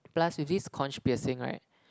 plus with these conch piercing right